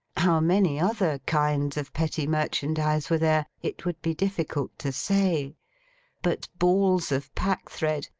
how many other kinds of petty merchandise were there, it would be difficult to say but balls of packthread,